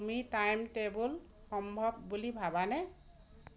তুমি time travel সম্ভৱ বুলি ভাবানে